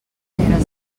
era